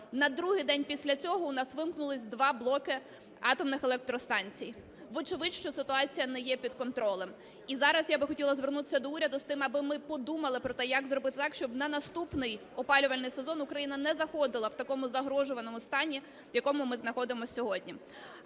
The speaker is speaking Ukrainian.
На другий день після цього у нас вимкнулись два блоки атомних електростанцій. Вочевидь, що ситуація не є під контролем. І зараз я би хотіла звернутися до уряду з тим, аби ми подумали про те, як зробити так, щоб на наступний опалювальний сезон Україна не заходила в такому загрожуваному стані, в якому ми знаходимось сьогодні.